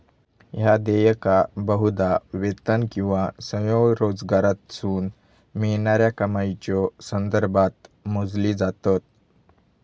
ह्या देयका बहुधा वेतन किंवा स्वयंरोजगारातसून मिळणाऱ्या कमाईच्यो संदर्भात मोजली जातत